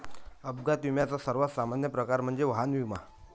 अपघात विम्याचा सर्वात सामान्य प्रकार म्हणजे वाहन विमा